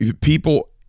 people